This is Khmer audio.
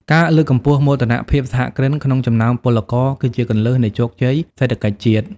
ការលើកកម្ពស់ "មោទនភាពសហគ្រិន" ក្នុងចំណោមពលករ គឺជាគន្លឹះនៃជោគជ័យសេដ្ឋកិច្ចជាតិ។